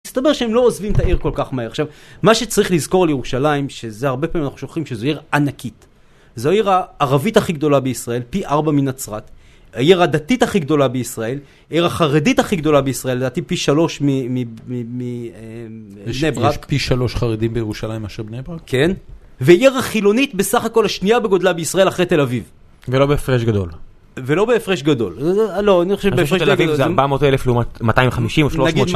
מסתבר שהם לא עוזבים את העיר כל כך מהר. עכשיו, מה שצריך לזכור על ירושלים, שזה הרבה פעמים אנחנו שוכחים שזו עיר ענקית. זו העיר הערבית הכי גדולה בישראל, פי ארבע מן נצרת, העיר הדתית הכי גדולה בישראל, העיר החרדית הכי גדולה בישראל, לדעתי פי שלוש מבני ברק, יש פי שלוש חרדים בירושלים מאשר בני ברק? כן. והעיר החילונית בסך הכל השניה בגודלה בישראל אחרי תל אביב. ולא בהפרש גדול. ולא בהפרש גדול, לא אני חושב שבהפרש... זה 400 אלף לעומת 250 או 300.